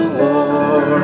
war